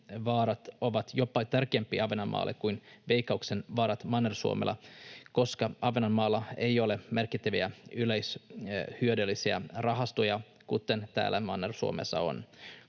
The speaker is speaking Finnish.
varat ovat jopa tärkeämpiä Ahvenanmaalle kuin Veikkauksen varat Manner-Suomelle, koska Ahvenanmaalla ei ole merkittäviä yleishyödyllisiä rahastoja, kuten täällä Manner-Suomessa on.